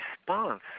response